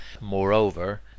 moreover